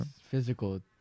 physical